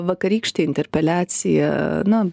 vakarykštė interpeliacija na